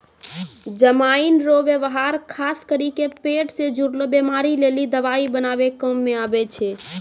जमाइन रो वेवहार खास करी के पेट से जुड़लो बीमारी लेली दवाइ बनाबै काम मे आबै छै